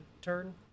turn